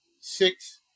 six